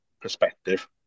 perspective